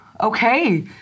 Okay